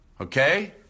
Okay